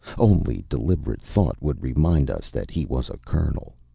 only deliberate thought would remind us that he was a colonel.